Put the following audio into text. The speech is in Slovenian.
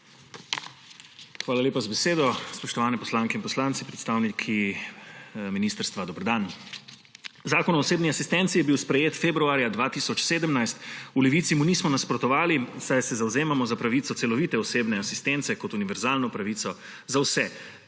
Hvala lepa za besedo. Spoštovani poslanke in poslanci, predstavniki ministrstva, dober dan! Zakon o osebni asistenci je bil sprejet februarja 2017. V Levici mu nismo nasprotovali, saj se zavzemamo za pravico celovite osebne asistence kot univerzalne pravice za vse,